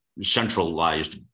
centralized